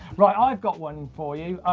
right, i've got one for you.